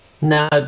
Now